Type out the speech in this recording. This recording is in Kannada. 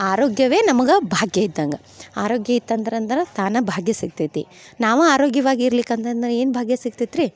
ಆರೋಗ್ಯವೇ ನಮಗೆ ಭಾಗ್ಯ ಇದ್ದಂಗೆ ಆರೋಗ್ಯ ಇತ್ತು ಅಂದ್ರ ತಾನೇ ಭಾಗ್ಯ ಸಿಕ್ತೈತಿ ನಾವು ಆರೋಗ್ಯವಾಗಿ ಇರ್ಲಿಕ್ಕೆ ಅಂದಂದು ಏನು ಭಾಗ್ಯ ಸಿಕ್ತೈತೆ ರೀ